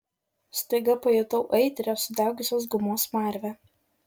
staiga pajutau aitrią sudegusios gumos smarvę